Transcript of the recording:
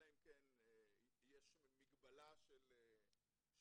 אלא אם כן יש מגבלה של נגישות,